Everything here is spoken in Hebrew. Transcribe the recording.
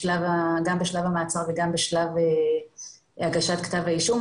משלב המעצר וגם בשלב הגשת כתב האישום,